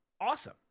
awesome